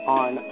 on